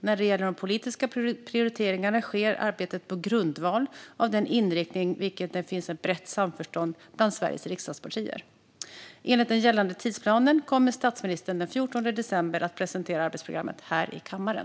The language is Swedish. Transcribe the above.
När det gäller de politiska prioriteringarna sker arbetet på grundval av den inriktning om vilken det finns ett brett samförstånd bland Sveriges riksdagspartier. Enligt den gällande tidsplanen kommer statsministern den 14 december att presentera arbetsprogrammet här i kammaren.